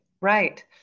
Right